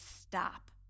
stop